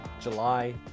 July